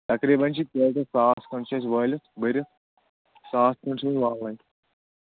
تَقریٖباً چھی پیٹٮ۪س ساس کھٔنٛڈ چھِ اَسہِ وٲلِتھ بٔرِتھ ساس کھٔنٛڈ چھِ وٕنہِ والنَے